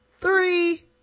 Three